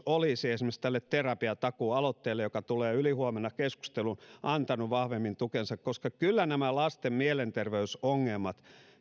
olisi esimerkiksi tälle terapiatakuualoitteelle joka tulee ylihuomenna keskusteluun antanut vahvemmin tukensa koska kyllä nämä lasten mielenterveysongelmat